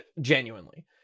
genuinely